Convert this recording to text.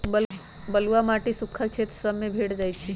बलुआ माटी सुख्खल क्षेत्र सभ में भेंट जाइ छइ